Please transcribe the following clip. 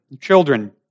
Children